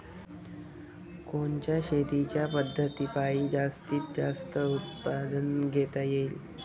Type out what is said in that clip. कोनच्या शेतीच्या पद्धतीपायी जास्तीत जास्त उत्पादन घेता येईल?